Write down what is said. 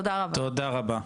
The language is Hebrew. תודה רבה.